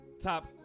top